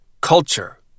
culture